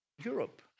Europe